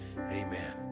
amen